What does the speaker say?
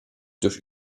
durch